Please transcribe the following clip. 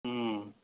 हुँ